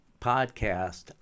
podcast